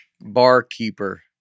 barkeeper